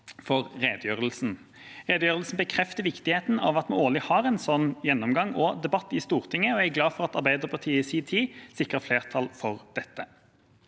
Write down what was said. for redegjørelsen. Redegjørelsen bekrefter viktigheten av at vi årlig har en sånn gjennomgang og debatt i Stortinget, og jeg er glad for at Arbeiderpartiet i sin tid sikret flertall for dette.